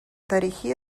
тарихи